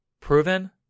Proven